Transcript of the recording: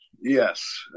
Yes